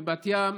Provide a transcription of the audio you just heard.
בבת ים.